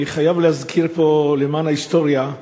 אני חייב להזכיר פה, למען ההיסטוריה,